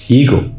ego